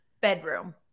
Bedroom